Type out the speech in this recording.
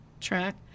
track